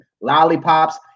Lollipops